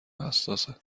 حساسه